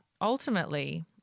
ultimately